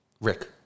Rick